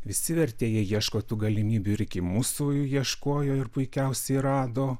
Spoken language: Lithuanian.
visi vertėjai ieško tų galimybių ir iki mūsų ieškojo ir puikiausiai rado